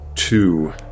two